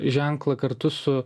ženklą kartu su